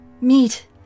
Meet